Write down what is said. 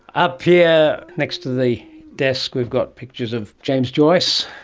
up here next to the desk we've got pictures of james joyce,